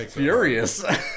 furious